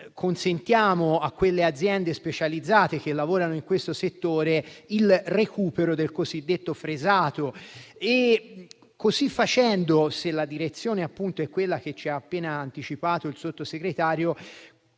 consentiamo alle aziende specializzate, che lavorano in questo settore, il recupero del cosiddetto fresato. Così facendo, se la direzione è quella appena anticipata dal Sottosegretario,